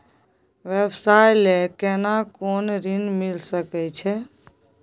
व्यवसाय ले केना कोन ऋन मिल सके छै?